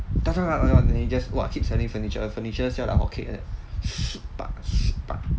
then you just !wah! keep selling furniture furniture sell like hot cakes like that